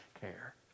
care